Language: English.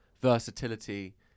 versatility